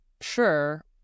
Sure